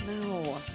No